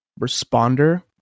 responder